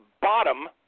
bottom